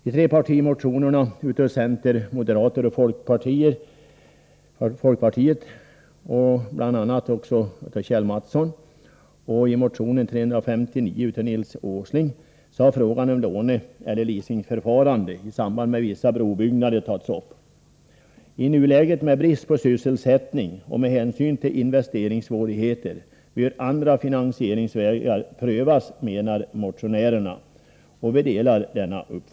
I trepartimotionen av centern, moderaterna och folkpartiet med Kjell Mattsson som första namn och i motion 359 av Nils Åsling har frågan om låneeller leasingförfarande i samband med vissa brobyggnader tagits upp. I nuläget, med brist på sysselsättning, och med hänsyn till investeringssvårigheterna bör andra finansieringsvägar prövas, menar motionärerna.